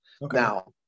Now